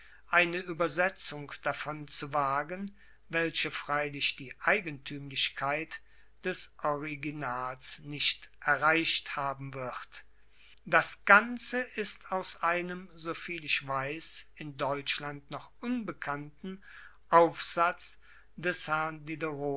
eine übersetzung davon zu wagen welche freilich die eigentümlichkeit des originals nicht erreicht haben wird das ganze ist aus einem soviel ich weiß in deutschland noch unbekannten aufsatz des hrn